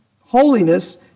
Holiness